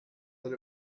that